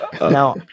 Now